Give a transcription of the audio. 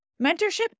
Mentorship